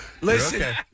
Listen